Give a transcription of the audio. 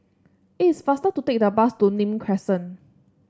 it is faster to take the bus to Nim Crescent